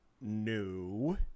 new